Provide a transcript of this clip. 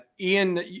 Ian